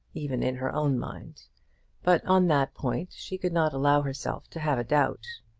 even in her own mind but on that point she could not allow herself to have a doubt.